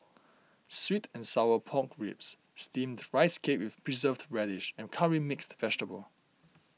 Sweet and Sour Pork Ribs Steamed Rice Cake with Preserved Radish and Curry Mixed Vegetable